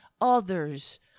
others